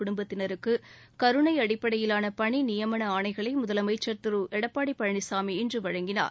குடும்பத்தினருக்கு கருணை அடிப்படையிலான பணி நியமன ஆணைகளை முதலமைச்ச் திரு எடப்பாடி பழனிசாமி இன்று வழங்கினார்